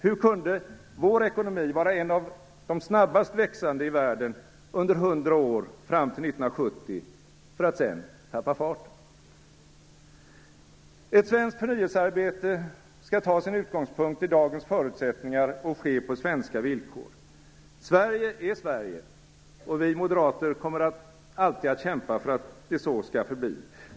Hur kunde vår ekonomi vara en av de snabbast växande i världen under hundra år fram till 1970 för att sedan tappa farten? Ett svenskt förnyelsearbete skall ta sin utgångspunkt i dagens förutsättningar och ske på svenska villkor. Sverige är Sverige, och vi moderater kommer alltid att kämpa för att det så skall förbli.